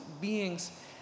beings